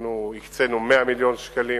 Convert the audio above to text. אנחנו הקצינו 100 מיליון שקלים